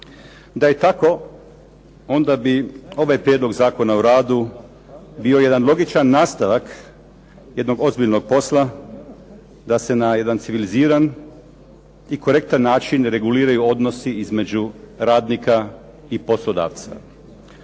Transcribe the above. Da je tako, onda bi ovaj Prijedlog zakona o radu bio jedan logičan nastavak jednog ozbiljnog posla da se na jedan civiliziran i korektan način reguliraju odnosi između radnika i poslodavca.